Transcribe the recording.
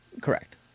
Correct